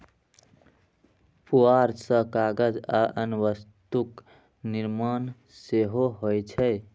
पुआर सं कागज आ अन्य वस्तुक निर्माण सेहो होइ छै